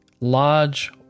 large